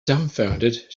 dumbfounded